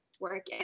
work